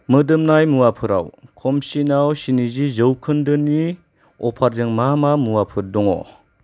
मोदोमनाय मुवाफोराव खमसिनाव स्निजि जौखोन्दो नि अफारजों मा मा मुवाफोर दङ